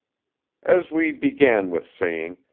as we began with saying,